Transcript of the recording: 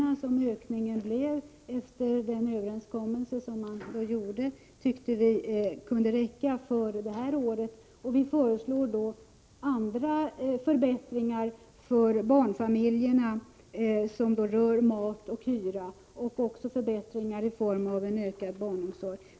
som ökningen blev enligt den överenskommelse som gjorts kunde räcka för det här året. Vi föreslår andra förbättringar för barnfamiljerna som rör mat och hyra samt förbättringar i form av en ökning av barnomsorgen.